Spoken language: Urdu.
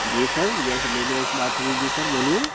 جی سر گیس لیڈر سے بات ہو رہی جی سر بولیے